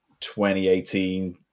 2018